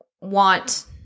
want